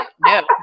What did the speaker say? no